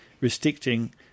restricting